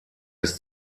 bis